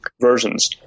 versions